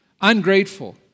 ungrateful